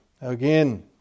Again